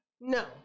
no